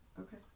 Okay